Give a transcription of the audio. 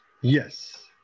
Yes